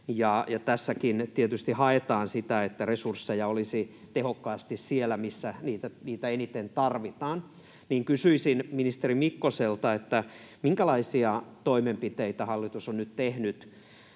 tässäkin tietysti haetaan sitä, että resursseja olisi tehokkaasti siellä, missä niitä eniten tarvitaan, niin kysyisin ministeri Mikkoselta, minkälaisia toimenpiteitä hallitus on nyt tehnyt.